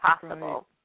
possible